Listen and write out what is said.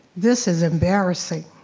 this is embarrassing.